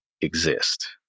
exist